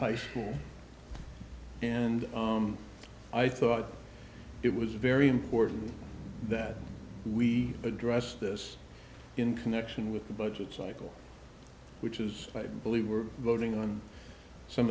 high school and i thought it was very important that we address this in connection with the budget cycle which is quite believe we're voting on some